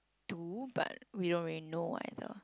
do but we don't really know either